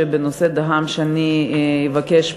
שבנושא דהמש אני אבקש מהמנכ"ל,